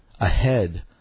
Ahead